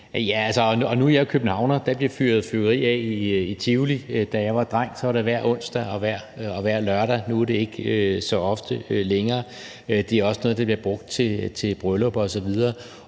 (V): Nu er jeg københavner, og der bliver fyret fyrværkeri af i Tivoli. Da jeg var dreng, var det hver onsdag og hver lørdag. Nu er det ikke så ofte længere. Det er også noget, der bliver brugt til bryllupper osv.